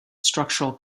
structural